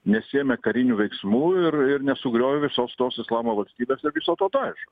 nesiėmė karinių veiksmų ir ir nesugriovė visos tos islamo valstybės ir viso to daješo